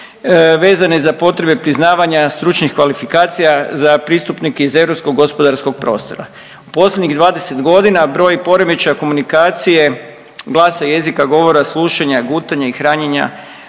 vezane za potrebe priznavanja stručnih kvalifikacija za pristupnike iz europskog gospodarskog prostora. U posljednjih 20 godina broj poremećaja komunikacije glasa, jezika, govora, slušanja, gutanja i hranjenja